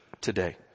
today